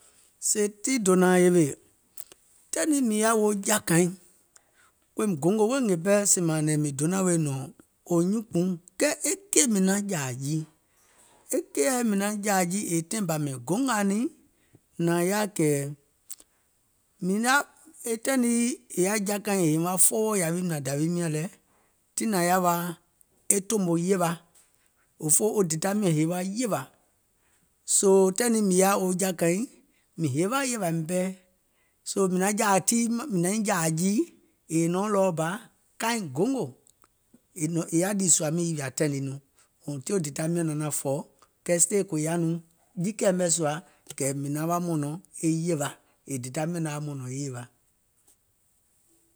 Sèè tii dònȧȧŋ yèwè, taìŋ nii mìŋ yaȧ wo jɔ̀àkàiŋ, kòòim gòngò weè pɛɛ sèè mȧȧŋ mìŋ donȧŋ weè nɔ̀ŋ wò nyuùnkpùuŋ, kɛɛ e keì mìŋ naŋ jàȧ jii, e keìɛ mìŋ naŋ jȧȧ jii yèè taìŋ bȧ mìŋ gongȧ niŋ nȧŋ yaȧ kɛ̀, e taìŋ nii è yaȧ jɔ̀ȧkȧiŋ è heiŋ wa fɔɔwɔ̀ yȧwi nȧȧŋ dȧwiim nyȧŋ lɛ, tiŋ nȧŋ yaȧ wa e tòmò yèwa, òfoo wo dèda miɔ̀ŋ he wa yèwȧ, soo taìŋ nii mìŋ yaȧ jɔ̀ȧkȧiŋ, mìŋ hewa yèwà miȧŋ pɛɛ, soo mìŋ naiŋ jȧȧ jii, è nɔ̀ɔŋ ɗɔɔ bȧ kaiŋ gongò è yaȧ ɗì sùȧ miìŋ yìwìà taìŋ nii, until dèda miɔ̀ŋ naŋ naȧŋ fɔ̀, kɛɛ still kòò yaȧ nɔŋ jiikɛ̀ɛ mɛ sùà, mìŋ naŋ wa mɔ̀nɔ̀ŋ e yèwa, yèè dèda miɔ̀ŋ naŋ wa mɔ̀nɔ̀ŋ e yèwa.